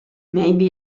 maybe